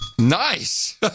nice